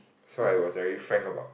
so I was very frank about